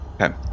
Okay